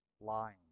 lying